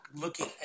Looking